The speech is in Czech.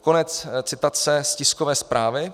Konec citace z tiskové zprávy.